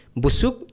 busuk